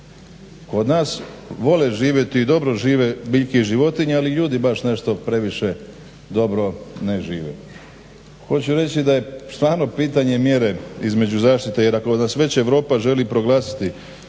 Kod nas vole živjeti i dobro žive biljke i životinje ali ljudi baš nešto previše dobro ne žive. Hoću reći da je stvarno pitanje mjere između zaštite jer ako nas već Europa želi proglasiti